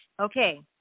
okay